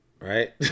Right